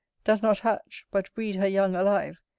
does not hatch, but breed her young alive,